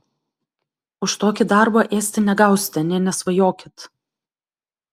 už tokį darbą ėsti negausite nė nesvajokit